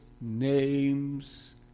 name's